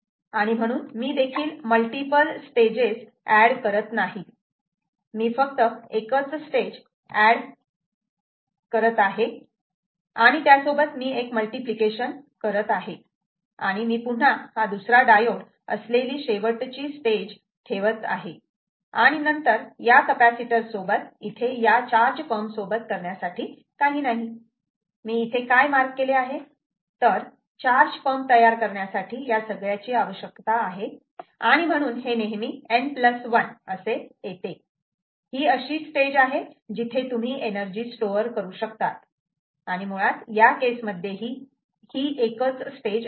आणि म्हणून मी देखील मल्टिपल स्टेजेस एड करत नाही मी फक्त एकच स्टेज एड करत आहे आणि त्यासोबत मी एक मल्टिप्लिकेशन करत आहे आणि मी पुन्हा ही दुसरा डायोड असलेली शेवटची स्टेज ठेवत आहे आणि नंतर या कपॅसिटर सोबत इथे या चार्ज पंप सोबत करण्यासाठी काही नाही मी इथे काय मार्क केले आहे तर चार्ज पंप तयार करण्यासाठी या सगळ्याची आवश्यकता आहे आणि म्हणून हे नेहमी N 1 असे येते ही अशी स्टेज आहे जिथे तुम्ही एनर्जी स्टोअर करू शकतात आणि मुळात या केसमध्ये ही एकच स्टेज आहे